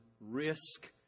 risk